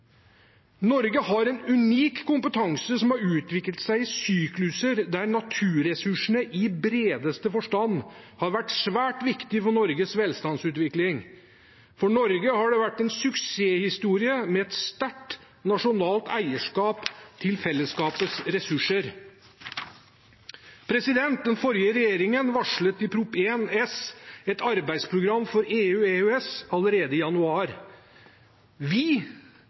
Norge har en unik kompetanse som har utviklet seg i sykluser der naturressursene i bredeste forstand har vært svært viktige for Norges velstandsutvikling. For Norge har det vært en suksesshistorie med et sterkt nasjonalt eierskap til fellesskapets ressurser. Den forrige regjeringen varslet i Prop. 1 S et arbeidsprogram for EU/EØS allerede i januar. Vi